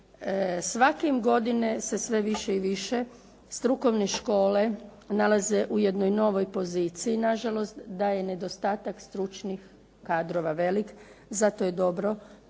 svake godine se sve i više strukovne škole nalaze u jednoj novoj poziciji nažalost, da je nedostatak stručnih kadrova velik. Zato je dobro da se